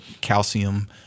calcium